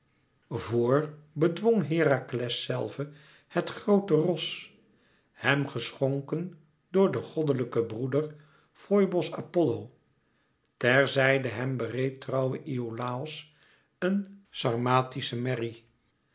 vor bedwong herakles zelve het groote ros hem geschonken door den goddelijken broeder foibos apollo ter zijde hem bereed trouwe iolàos een sarmatische merrie